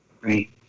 Right